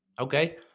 Okay